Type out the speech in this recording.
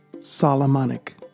Solomonic